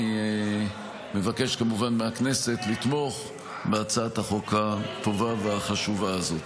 אני מבקש כמובן מהכנסת לתמוך בהצעת החוק הטובה והחשובה הזאת.